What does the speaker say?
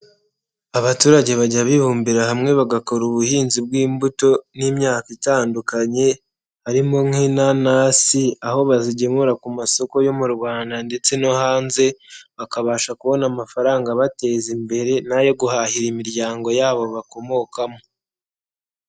Abaturage bajya bibumbira hamwe bagakora ubuhinzi bw'imbuto n'imyaka itandukanye, harimo nk'inanasi aho bazigemura ku masoko yo mu Rwanda ndetse no hanze, bakabasha kubona amafaranga abateza imbere n'ayo guhahira imiryango yabo bakomokamo.